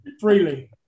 freely